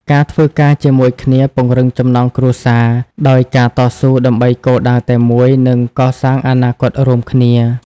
ការធ្វើការជាមួយគ្នាពង្រឹងចំណងគ្រួសារ ដោយការតស៊ូដើម្បីគោលដៅតែមួយ និងកសាងអនាគតរួមគ្នា។